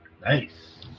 Nice